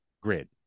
grid